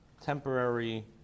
temporary